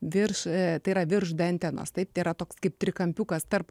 virš tai yra virš dantenos taip tai yra toks kaip trikampiukas tarp